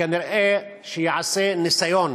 כנראה ייעשה ניסיון